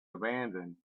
abandoned